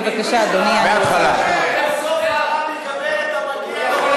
ובסוף הרב יקבל את המגיע לו.